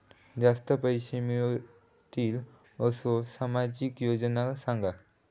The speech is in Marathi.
जास्ती पैशे मिळतील असो सामाजिक योजना सांगा?